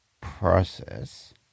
process